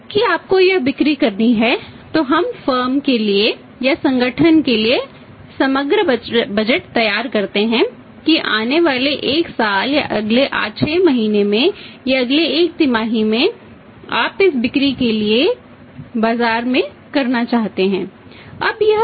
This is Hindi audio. कि आपको यह बिक्री करनी है तो हम फर्म के लिए या संगठन के लिए समग्र बजट तैयार करते हैं कि आने वाले एक साल या अगले 6 महीने में या अगले एक तिमाही में आप इस बिक्री को बाजार में करना चाहते हैं